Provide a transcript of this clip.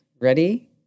ready